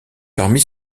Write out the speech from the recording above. parmi